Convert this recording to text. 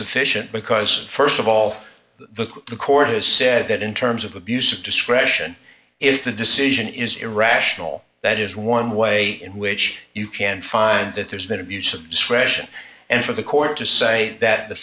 sufficient because st of all the the court has said that in terms of abuse of discretion if the decision is irrational that is one way in which you can find that there's been abuse of discretion and for the court to say that the